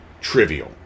trivial